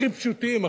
הכי פשוטים,